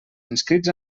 inscrits